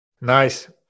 Nice